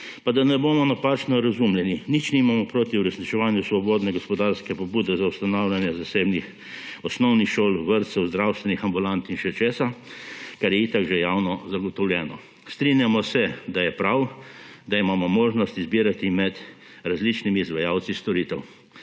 Pa da ne bomo napačno razumljeni, nič nimamo proti uresničevanju svobodne gospodarske pobude za ustanavljanje zasebnih osnovnih šol, vrtcev, zdravstvenih ambulant in še česa, kar je itak že javno zagotovljeno. Strinjamo se, da je prav, da imamo možnost izbirati med različnimi izvajalci storitev.